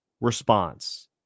response